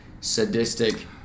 sadistic